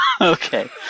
Okay